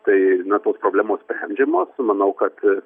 tai na tos problemos sprendžiamos manau kad